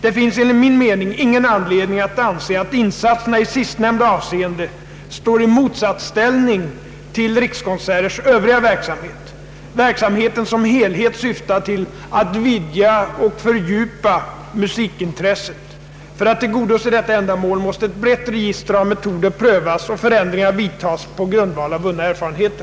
Det finns enligt min mening ingen anledning att anse att insatserna i sistnämnda avseende står i motsättning till rikskonserters övriga verksamhet. Verksamheten som helhet syftar till att vidga och fördjupa musikintresset. För att tillgodose detta ändamål måste ett brett register av metoder prövas och förändringar vidtas på grundval av vunna erfarenheter.